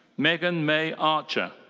meagan may archer.